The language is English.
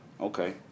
Okay